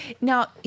now